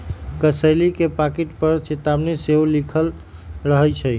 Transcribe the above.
कसेली के पाकिट पर चेतावनी सेहो लिखल रहइ छै